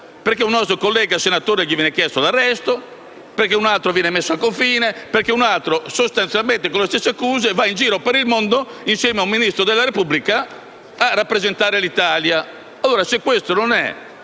Perché di un nostro collega senatore viene chiesto l'arresto? Perché un altro viene messo al confine? E perché un altro, avendo sostanzialmente le stesse accuse, va in giro per il mondo insieme a un Ministro della Repubblica a rappresentare l'Italia?